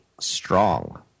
strong